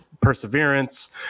perseverance